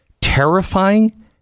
terrifying